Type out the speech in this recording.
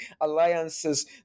alliances